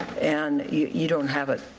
and you you don't have it,